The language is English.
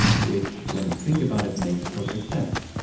which, when you think about it, makes perfect sense.